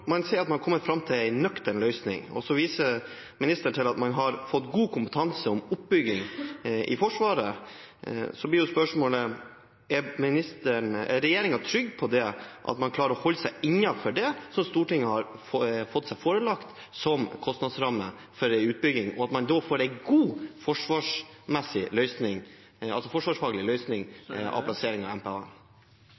man sier at man har kommet fram til en nøktern løsning, og ministeren så viser til at man har fått god kompetanse om oppbygging i Forsvaret, blir spørsmålet: Er regjeringen trygg på at man klarer å holde seg innenfor det som Stortinget har fått forelagt som kostnadsramme for en utbygging, og at man da får en god